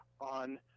on